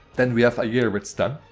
then we have a year with sten.